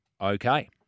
Okay